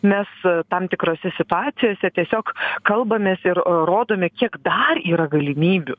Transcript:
mes tam tikrose situacijose tiesiog kalbamės ir rodome kiek dar yra galimybių